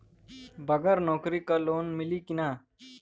बगर नौकरी क लोन मिली कि ना?